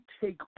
take